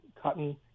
cotton